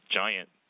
giant